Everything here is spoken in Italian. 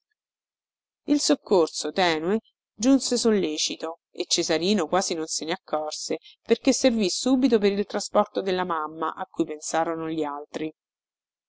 il soccorso tenue giunse sollecito e cesarino quasi non se ne accorse perché servì subito per il trasporto della mamma a cui pensarono gli altri